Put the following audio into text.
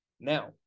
now